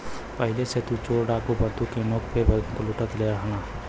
पहिले त चोर डाकू बंदूक के नोक पे बैंकलूट लेत रहलन